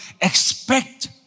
Expect